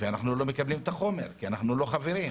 אנחנו לא מקבלים את החומר כי אנחנו לא חברים.